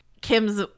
Kim's